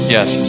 Yes